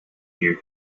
you